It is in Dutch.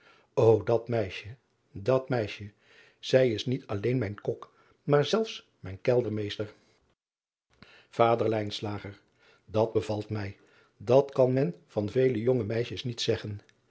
o dat meisje dat meisje zij is niet alleen mijn kok maar zelfs mijn keldermeester ader at bevalt mij dat kan men van vele jonge meisjes niet zeggen